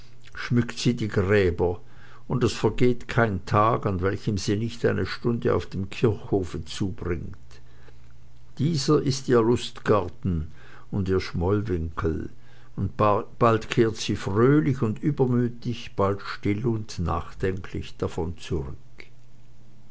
schmückt sie die gräber und es vergeht kein tag an welchem sie nicht eine stunde auf dem kirchhofe zubringt dieser ist ihr lustgarten und ihr schmollwinkel und bald kehrt sie fröhlich und übermütig bald still und nachdenklich davon zurück